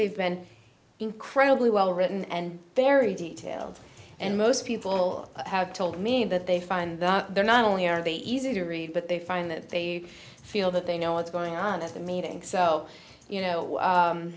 they've been incredibly well written and very detailed and most people have told me that they find that they're not only are they easy to read but they find that they feel that they know what's going on at the meeting so you know